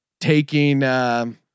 taking